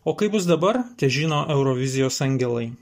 o kaip bus dabar težino eurovizijos angelai